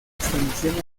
extensión